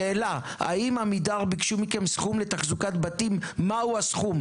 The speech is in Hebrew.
שאלה: האם עמידר ביקשו מכם סכום לתחזוקת בתים ומהו הסכום?